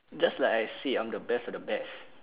just like I said I am the best of the best